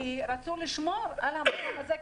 כי רצו לשמור על המקום הזה,